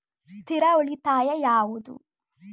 ಸ್ಥಿರ ಉಳಿತಾಯ ಯಾವುದು?